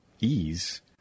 ease